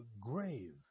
grave